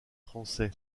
français